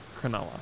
Cronulla